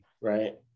right